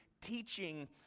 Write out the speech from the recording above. teaching